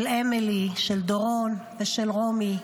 של אמילי, של דורון ושל רומי.